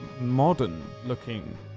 modern-looking